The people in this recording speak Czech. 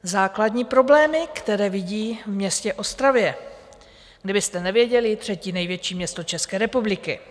Základní problémy, které vidí v městě Ostravě kdybyste nevěděli, třetí největší město České republiky.